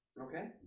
Okay